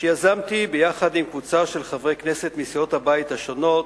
שיזמתי ביחד עם קבוצה של חברי כנסת מסיעות הבית השונות,